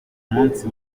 munsi